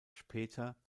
später